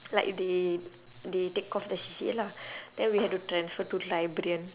like they they take off the C_C_A lah then we have to transfer to librarian